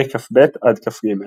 פרק כ"ב-כ"ג.